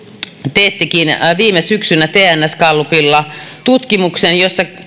teettikin viime syksynä tns gallupilla tutkimuksen jossa